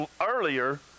earlier